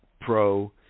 pro